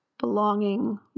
belonging